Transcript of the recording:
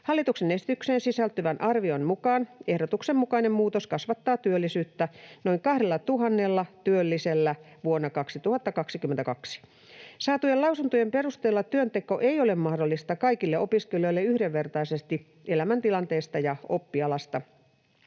Hallituksen esitykseen sisältyvän arvion mukaan ehdotuksen mukainen muutos kasvattaa työllisyyttä noin 2 000 työllisellä vuonna 2022. Saatujen lausuntojen perusteella työnteko ei ole mahdollista kaikille opiskelijoille yhdenvertaisesti elämäntilanteesta ja oppialasta